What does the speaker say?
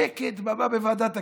שקט, דממה בוועדת הכנסת,